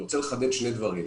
אני רוצה לחדד שני דברים.